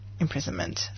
Imprisonment